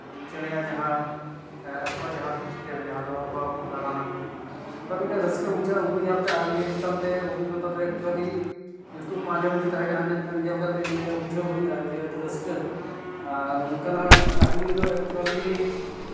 ᱪᱮᱬᱮᱭᱟᱜ ᱡᱟᱦᱟᱸ ᱟᱠᱚᱣᱟᱜ ᱡᱟᱦᱟᱸ ᱥᱤᱥᱴᱮᱢ ᱡᱟᱦᱟᱸ ᱫᱚ ᱟᱵᱚᱜ ᱟᱠᱚ ᱫᱟᱬᱟᱱ ᱟᱠᱚ ᱚᱱᱠᱟ ᱢᱤᱫᱴᱮᱱ ᱨᱟᱹᱥᱠᱟᱹ ᱵᱩᱡᱷᱟᱹᱜᱼᱟ ᱩᱱᱠᱩ ᱧᱮᱞᱛᱮ ᱟᱨ ᱱᱤᱭᱟᱹ ᱪᱮᱛᱟᱱ ᱛᱮ ᱚᱵᱷᱤᱜᱚᱛᱟ ᱫᱚ ᱮᱠᱪᱩᱞᱞᱤ ᱧᱩᱛᱩᱢ ᱟᱸᱡᱚᱢ ᱜᱮ ᱛᱟᱦᱮᱸ ᱠᱟᱱᱟ ᱢᱮᱱᱠᱷᱟᱱ ᱧᱮᱞ ᱠᱟᱛᱮᱜ ᱱᱤᱭᱟᱹ ᱵᱩᱡᱷᱟᱹᱣ ᱦᱩᱭᱱᱟ ᱡᱮ ᱟᱹᱰᱤ ᱨᱟᱹᱥᱠᱟᱹ ᱟᱨ ᱱᱚᱝᱠᱟᱱᱟᱜ ᱠᱟᱹᱦᱱᱤ ᱫᱚ ᱮᱠᱪᱩᱞᱞᱤ